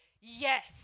Yes